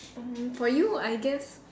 um for you I guess